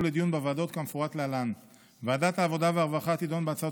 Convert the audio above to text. לדיון בוועדות כמפורט להלן: ועדת העבודה והרווחה תדון בהצעות